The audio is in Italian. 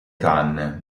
canne